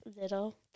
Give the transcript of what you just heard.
little